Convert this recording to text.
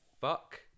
Fuck